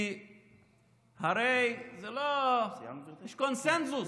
כי הרי יש קונסנזוס